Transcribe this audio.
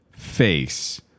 face